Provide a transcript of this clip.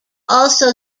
also